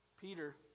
Peter